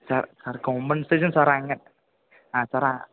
sir sir compensation sir ആ sir